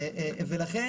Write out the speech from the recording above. ולכן